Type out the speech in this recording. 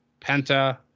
Penta